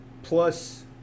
Plus